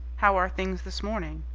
how are things this morning?